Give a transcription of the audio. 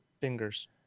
Fingers